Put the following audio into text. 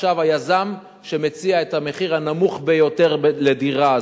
עכשיו היזם שמציע את המחיר הנמוך ביותר לדירה,